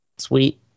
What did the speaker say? Sweet